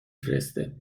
فرسته